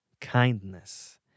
kindness